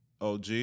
OG